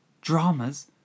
dramas